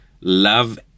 love